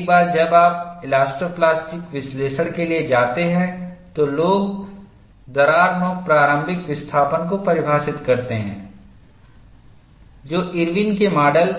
एक बार जब आप इलास्टो प्लास्टिक विश्लेषण के लिए जाते हैं तो लोग दरार नोक प्रारंभिक विस्थापन को परिभाषित करते हैं जो इरविन के माडल